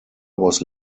was